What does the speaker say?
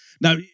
Now